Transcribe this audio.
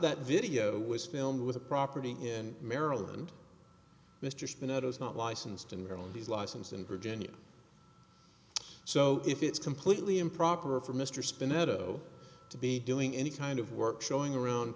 that video was filmed with a property in maryland mr smith that is not licensed in maryland is licensed in virginia so if it's completely improper for mr spinet o to be doing any kind of work showing around